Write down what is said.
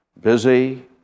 Busy